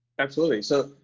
absolutely, so,